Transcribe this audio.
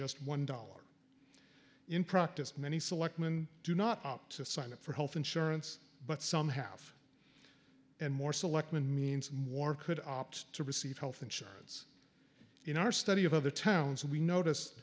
just one dollar in practice many selectman do not opt to sign up for health insurance but some have and more selectman means more could opt to receive health insurance in our study of other towns and we noticed